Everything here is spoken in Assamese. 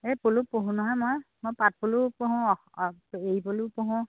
এই পলু পোহো নহয় মই মই পাট পলুও পোহো অঁ অঁ এৰি পলুও পোহো